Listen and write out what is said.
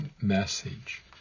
message